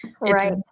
Right